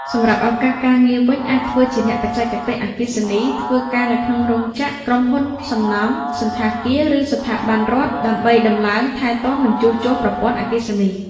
សម្រាប់់ឪកាសការងារវិញ អាចធ្វើជាអ្នកបច្ចេកទេសអគ្គិសនីធ្វើការនៅក្នុងរោងចក្រ ក្រុមហ៊ុនសំណង់ សណ្ឋាគារ ឬស្ថាប័នរដ្ឋ ដើម្បីតំឡើង ថែទាំ និងជួសជុលប្រព័ន្ធអគ្គិសនី។